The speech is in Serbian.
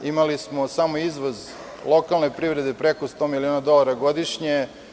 Imali smo tamo izvoz lokalne privrede preko 100 miliona dolara godišnje.